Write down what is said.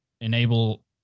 enable